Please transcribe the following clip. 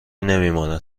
نمانده